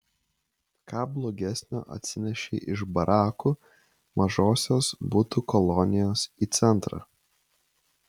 ką blogesnio atsinešei iš barakų mažosios butų kolonijos į centrą